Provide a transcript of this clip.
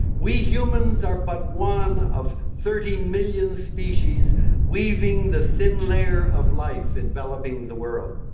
we humans are but one of thirty million species weaving the thin layer of life enveloping the world.